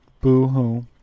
Boo-hoo